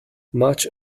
much